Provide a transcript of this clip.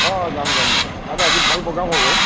অ যাম যাম তাত আজি ভাল প্ৰ'গ্ৰেম হ'ব